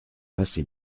passé